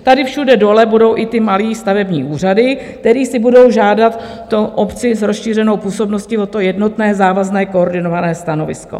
Tady všude dole budou i ty malé stavební úřady, které budou žádat obce s rozšířenou působností o jednotné závazné koordinované stanovisko.